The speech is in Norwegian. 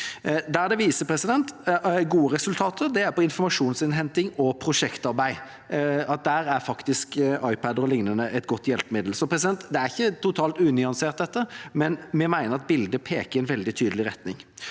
det viser gode resultater, er på informasjonsinnhen ting og prosjektarbeid. Der er faktisk iPad-er o.l. et godt hjelpemiddel. Det er ikke totalt unyansert, dette, men vi mener at bildet peker i en veldig tydelig retning.